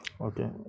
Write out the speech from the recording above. okay